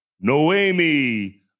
Noemi